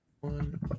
One